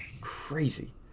crazy